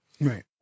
Right